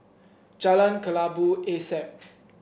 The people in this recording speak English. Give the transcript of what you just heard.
Jalan Kelabu Asap